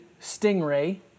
Stingray